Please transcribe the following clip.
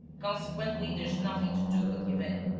consequently, there's nothing to do but give in.